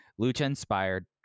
lucha-inspired